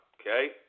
Okay